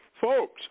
folks